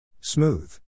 Smooth